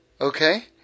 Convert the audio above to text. okay